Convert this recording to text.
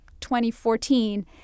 2014